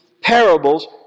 Parables